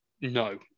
no